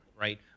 right